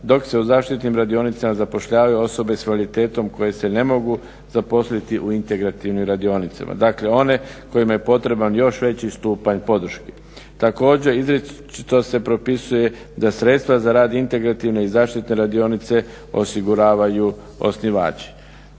dok se u zaštitnim radionicama zapošljavaju osobe s invaliditetom koje se ne mogu zaposliti u integrativnim radionicama. Dakle one kojima je potreban još veći stupanj podrške. Također, izričito se propisuje da se sredstva za rad integrativne i zaštitne radionice osiguravaju osnivači.